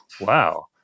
wow